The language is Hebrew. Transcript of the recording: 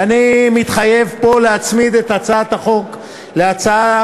ואני מתחייב פה להצמיד את הצעת החוק להצעה